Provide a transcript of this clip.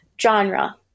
genre